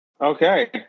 Okay